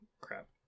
Crap